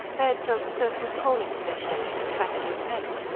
baird felt a certain crawling sensation at the back of his neck.